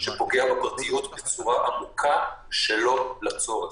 שפוגע בפרטיות בצורה עמוקה שלא לצורך.